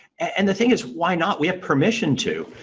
and the thing is why not? we have permission to.